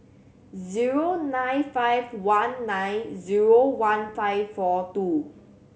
zero nine five one nine zero one five four two